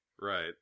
Right